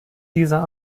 dieser